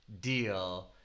deal